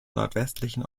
nordwestlichen